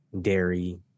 dairy